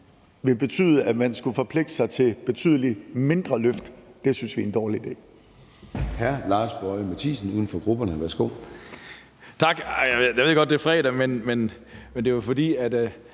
vil betyde, at man skulle forpligte sig til et betydelig mindre løft. Det synes vi er en dårlig idé.